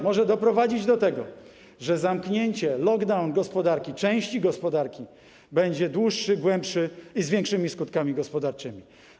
Może doprowadzić do tego, że zamknięcie, lockdown gospodarki, części gospodarki, będzie dłuższy, głębszy i z większymi skutkami gospodarczymi.